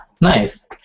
nice